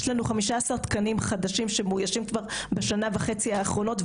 יש לנו 15 תקנים חדשים שמאוישים כבר בשנה וחצי האחרונות,